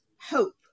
hope